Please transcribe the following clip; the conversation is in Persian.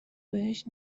بهش